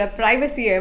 privacy